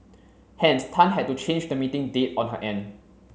hence Tan had to change the meeting date on her end